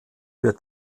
wird